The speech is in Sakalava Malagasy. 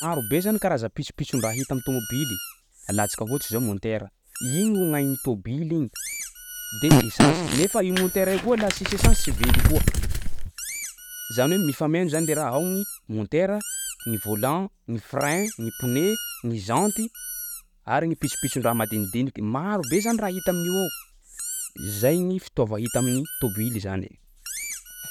Marobe zany karazan-pitsopitson-draha hita am'tômôbily, alantsika ohatsy zao môtera igny no gn'aign'ny tômbily igny de esansy, nefa io môtera koa laha tsisy esansy tsy velo koa, zany hoe mifameno zany le raha. Ao gny môtera, ny volant, ny frein, ny pne, ny janty ary gny pitsopitson-draha madinidiniky, marobe zany raha hita amin'io ao. Zay ny fitaova hita amin'ny tômbily zany.